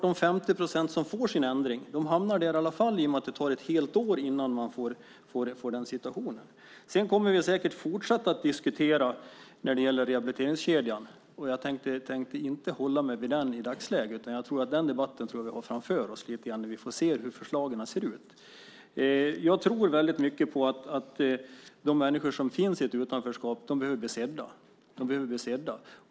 De 50 procent som får sin ändring hamnar där i alla fall i och med att det tar ett helt år innan de får rätt. Vi kommer säkert att fortsätta diskutera när det gäller rehabiliteringskedjan. Jag tänkte inte uppehålla mig vid den i dagsläget. Den debatten tror jag att vi har framför oss när vi får se hur förslagen ser ut. De människor som finns i ett utanförskap behöver bli sedda.